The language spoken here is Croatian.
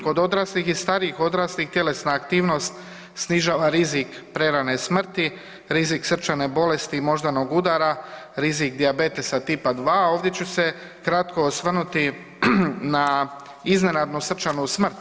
Kod odraslih i starijih odraslih tjelesna aktivnost snižava rizik prerane smrti, rizik srčane bolesti i moždanog udara, rizik dijabetesa tipa 2. Ovdje ću se kratko osvrnuti na iznenadnu srčanu smrt.